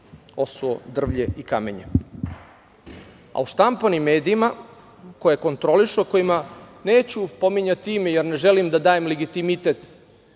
osuo drvlje i kamenje.U štampanim medijima koje kontrolišu, kojima neću pominjati ime jer ne želim da dajem legitimitet